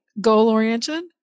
goal-oriented